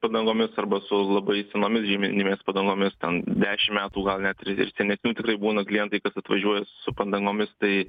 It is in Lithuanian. padangomis arba su labai senomis žieminėmis padangomis ten dešim metų gal net ir ir senesnių tikrai būna klientai kad atvažiuoja su padangomis tai